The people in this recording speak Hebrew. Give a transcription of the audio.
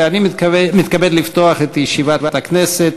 את ישיבת הכנסת.